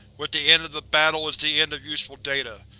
with the end of the battle is the end of useful data.